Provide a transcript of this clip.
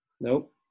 Nope